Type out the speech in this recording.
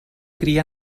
cria